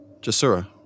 Jasura